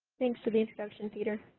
thanks for the introduction, peter.